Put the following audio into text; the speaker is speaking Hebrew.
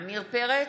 עמיר פרץ,